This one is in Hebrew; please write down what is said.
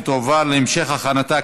ותועבר להמשך הכנתה,